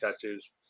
tattoos